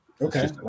okay